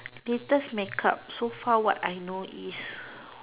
latest make up so far what I know is